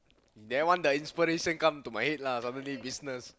that one the inspiration come to my head lah suddenly business